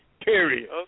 period